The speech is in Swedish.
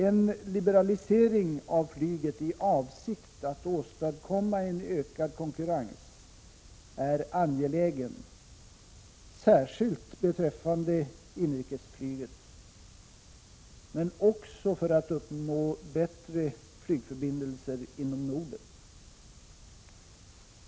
En liberalisering av flyget i avsikt att åstadkomma en ökad konkurrens är angelägen särskilt beträffande inrikesflyget, men också för att uppnå bättre flygförbindelser inom Norden.